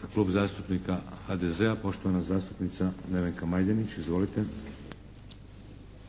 Za Klub zastupnika HDZ-a poštovana zastupnica Nevenka Majdenić. Izvolite!